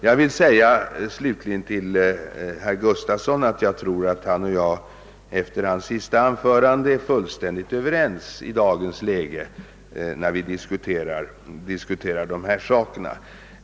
Efter herr Gustafsons i Göteborg senaste anförande har jag fått den uppfattningen, att han och jag i dagens läge är fullständigt överens beträffande dessa frågor.